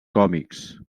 còmics